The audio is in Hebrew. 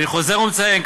אני חוזר ומציין.